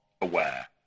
aware